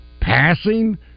passing